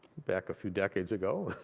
back a few decade ago,